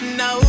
no